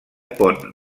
pon